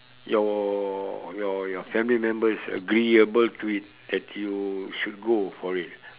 your your your family members agreeable to it that you should go for it